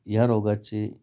या रोगाची